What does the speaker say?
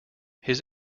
his